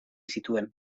zituen